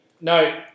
no